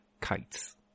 kites